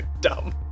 dumb